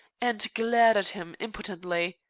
and glared at him impotently.